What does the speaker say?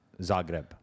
Zagreb